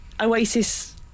oasis